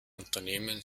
unternehmen